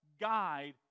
guide